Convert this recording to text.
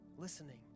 listening